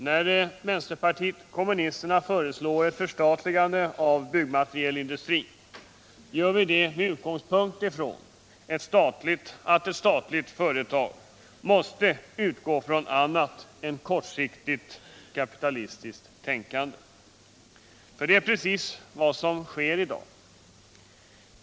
När vänsterpartiet kommunisterna föreslår ett förstatligande av byggmaterialindustrin, gör vi det med tanke på att ett statligt företag måste utgå från annat än kortsiktigt kapitalistiskt tänkande — för det är precis ett sådant tänkande man utgår från i dag.